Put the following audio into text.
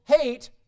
hate